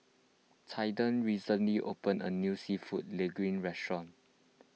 Caiden recently opened a new Seafood Linguine restaurant